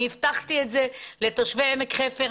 אני הבטחתי את זה לתושבי עמק חפר,